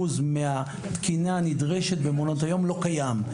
מהתקינה הנדרשת במעונות היום לא קיים.